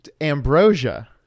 ambrosia